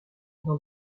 dans